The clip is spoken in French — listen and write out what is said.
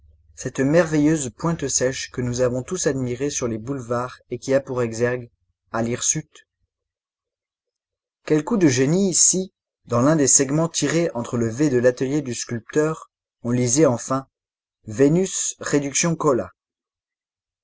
cette merveilleuse pointe sèche que nous avons tous admirée sur les boulevards et qui a pour exergue à l'hirsute quel coup de génie si dans l'un des segments tirés entre le de l'atelier du sculpteur on lisait enfin vénus réduction